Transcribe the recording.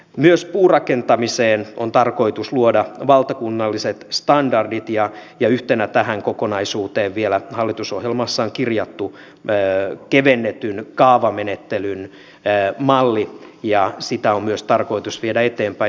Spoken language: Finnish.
myös puurakentamiseen on tarkoitus luoda valtakunnalliset standardit ja yhtenä tähän kokonaisuuteen vielä hallitusohjelmassa on kirjattu kevennetyn kaavamenettelyn malli ja myös sitä on tarkoitus viedä eteenpäin